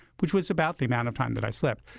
which was about the amount of time that i slept.